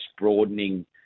broadening